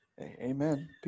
Amen